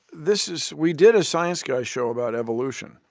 this is we did a science guy show about evolution,